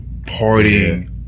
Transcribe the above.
partying